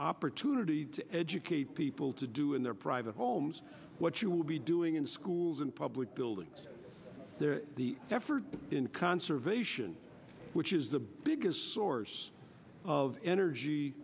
opportunity to educate people to do in their private homes what you will be doing in schools and public buildings the effort in conservation which is the biggest source of